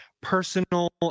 personal